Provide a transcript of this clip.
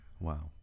wow